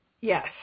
Yes